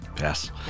Yes